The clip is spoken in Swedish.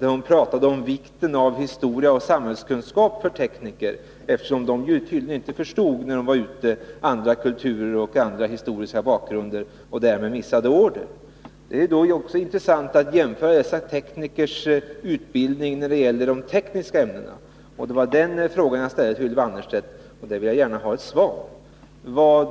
där hon talade om vikten av kunskap i historia och samhällskunskap för tekniker. Ute i arbetslivet förstod dessa tydligen inte andra kulturer och historiska bakgrunder, med missade order som följd. Men det är också intressant att jämföra dessa teknikers utbildning i de tekniska ämnena med utbildningen i andra länder. På min fråga om detta vill jag gärna få ett svar från Ylva Annerstedt.